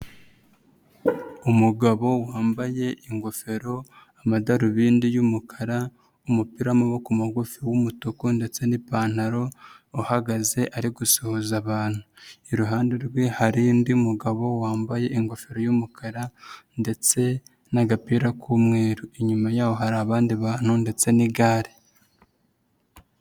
Umugabo wambaye ingofero, amadarubindi y'umukara, umupira w'amaboko mugufi w'umutuku ndetse n'ipantaro uhagaze ari gusuhuza abantu. Iruhande rwe hari undi mugabo wambaye ingofero y'umukara ndetse n'agapira k'umweru, inyuma yaho hari abandi bantu ndetse n'igare.